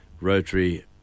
Rotary